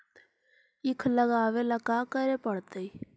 ईख लगावे ला का का करे पड़तैई?